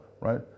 right